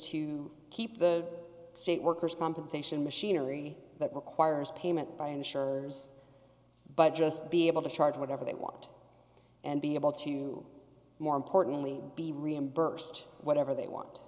to keep the state workers compensation machinery that requires payment by insurers but just be able to charge whatever they want and be able to more importantly be reimbursed whatever they want